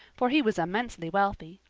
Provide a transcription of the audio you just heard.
for he was immensely wealthy.